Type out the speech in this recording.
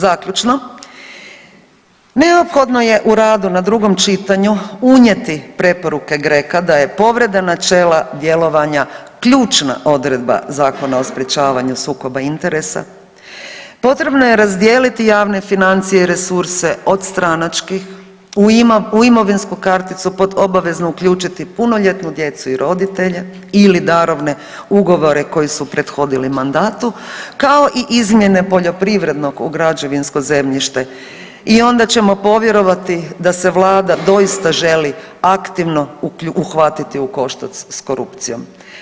Zaključno, neophodno je u radu na drugom čitanju unijeti preporuke GRECO-a da je povreda načela djelovanja ključna odredba Zakona o sprečavanju sukoba interesa, potrebno je razdijeliti javne financije i resurse od stranačkih, u imovinsku karticu pod obavezno uključiti punoljetnu djecu i roditelje ili darovne ugovore koji su prethodili mandatu, kao i izmjene poljoprivrednog u građevinsko zemljište i onda ćemo povjerovati da se Vlada doista želi aktivno uhvatiti u koštac s korupcijom.